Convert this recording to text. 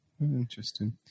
Interesting